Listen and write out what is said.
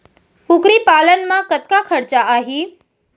कुकरी पालन म कतका खरचा आही?